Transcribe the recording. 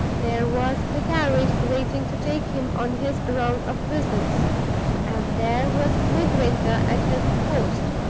there was the carriage waiting to take him on his round of visits and there was midwinter at his post,